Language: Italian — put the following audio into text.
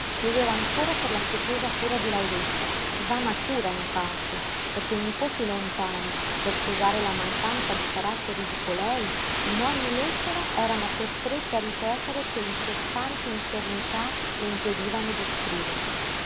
credeva ancora per la pietosa cura di lauretta vana cura in parte perché i nipoti lontani per scusare la mancanza di caratteri di colei in ogni lettera erano costretti a ripetere che incessanti infermità le impedivano di scrivere